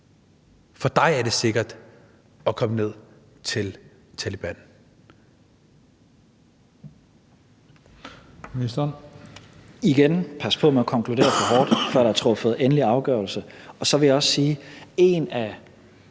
18 år, er det sikkert at komme ned til Taleban.